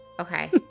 Okay